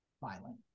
violent